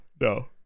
no